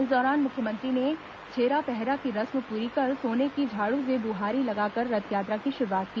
इस दौरान मुख्यमंत्री ने छेरापहरा की रस्म पूरी कर सोने की झाड़ से बुहारी लगाकर रथ यात्रा की शुरुआत की